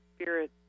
spirit